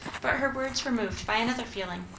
but her words were moved by another feeling.